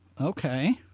Okay